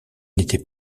n’étaient